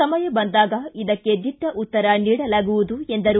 ಸಮಯ ಬಂದಾಗ ಇದಕ್ಕೆ ದಿಟ್ಟ ಉತ್ತರ ನೀಡಲಾಗುವುದು ಎಂದರು